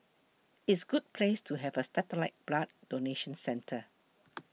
it's good place to have a satellite blood donation centre